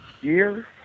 year